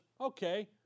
okay